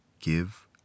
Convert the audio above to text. give